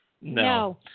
No